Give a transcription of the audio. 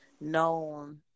known